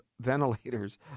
ventilators